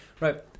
Right